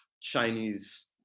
Chinese